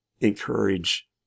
Encourage